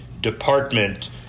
department